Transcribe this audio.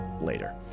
later